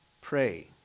pray